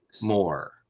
more